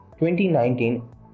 2019